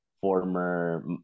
former